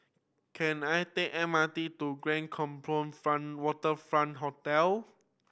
can I take M R T to Grand Waterfront Hotel